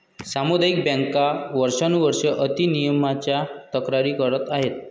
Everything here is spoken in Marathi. सामुदायिक बँका वर्षानुवर्षे अति नियमनाच्या तक्रारी करत आहेत